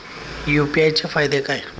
UPI चे फायदे काय?